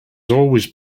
always